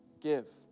give